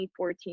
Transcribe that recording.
2014